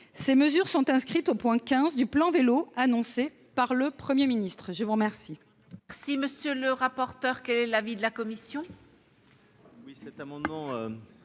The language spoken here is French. ces mesures sont inscrites au point 15 du plan Vélo annoncé par le Premier ministre. Quel